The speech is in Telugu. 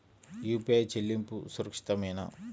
యూ.పీ.ఐ చెల్లింపు సురక్షితమేనా?